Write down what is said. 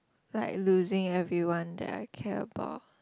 like losing everyone that I care about